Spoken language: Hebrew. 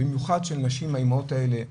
במיוחד של נשים האימהות האלה,